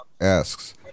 asks